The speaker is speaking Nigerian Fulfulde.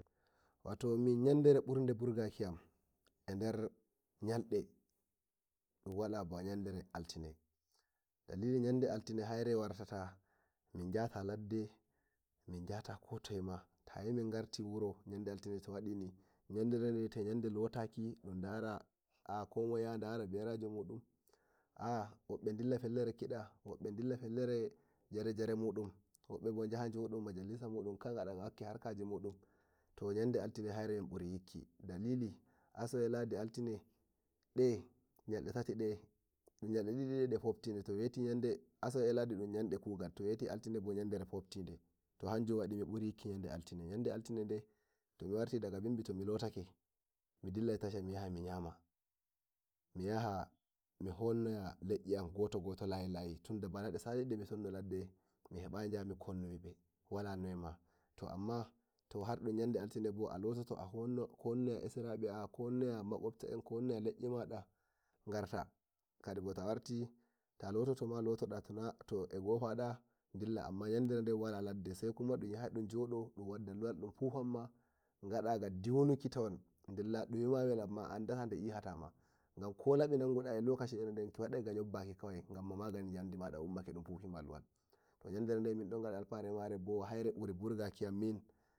wato min yanɗere burga burgakiyam h der yanɗe, wala ba yandere altine dalili nanɗere altine haire wartata minyata ko toye ma tayi min gurtai wuro ni yandere den lota ki ko moye ya dara berajo mudun aa wobbe dilla fellere kide wobbe fellel jare jare mudun wobbe bo jaha majalisa mun gada ga wakki harka mun ta yandere altine haire min buriga yikki dalili asawe ladi altine yalde didi de de fobtide asawee eh lahdi yandere kugal altine bo yandere fobtine to hanjum min buri ga yikki yande altine tomi warti daga bimbi mi lotake mi dillai tasha miyaha mi nyama mi yaha mi hunna heji an goto goto tunda balade salide miton no ladde mihebayi konnumibe to amma yande altine bo a lototo mada kommnon esirabe kona makjobta en konna le'en mada garta kadibo to warti ta lototo ma to ego pada dilla amma yanderen den wala ladde sai kuma ɗun yahai dun jodo gada ga di'u nuki dillaciyel gel ki wadai ga yobbaki kowa gan mo magani Yandi maɗa umma ke de fufima luwal to yanderen min don ngada alfahari eh mare bo nde mburi burgaki yam min.